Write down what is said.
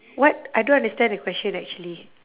what I don't understand the question actually